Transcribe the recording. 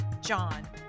John